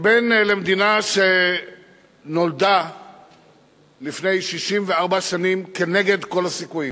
כבן למדינה שנולדה לפני 64 שנים כנגד כל הסיכויים,